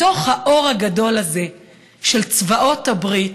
בתוך האור הגדול הזה של צבאות הברית,